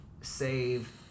save